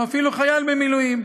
או אפילו חייל במילואים.